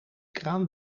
kraan